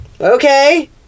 Okay